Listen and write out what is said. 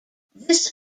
this